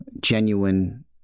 genuine